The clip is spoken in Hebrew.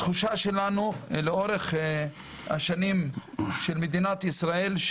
התחושה שלנו לאורך השנים של מדינת ישראל היא